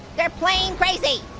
they're playing crazy.